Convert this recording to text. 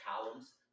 columns